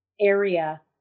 area